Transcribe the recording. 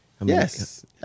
Yes